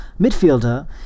midfielder